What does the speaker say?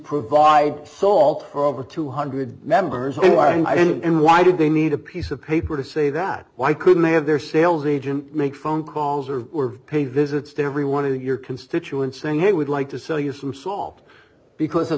provide salt for over two hundred members and why did they need a piece of paper to say that why couldn't they have their sales agent make phone calls or pay visits to every one of the your constituents saying he would like to sell you some salt because of